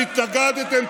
שהתנגדתם,